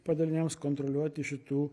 padaliniams kontroliuoti šitų